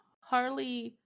Harley